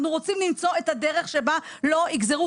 אנחנו רוצים למצוא את הדרך שבה לא יגזרו